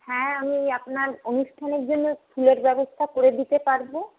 হ্যাঁ আমি আপনার অনুষ্ঠানের জন্য ফুলের ব্যবস্থা করে দিতে পারবো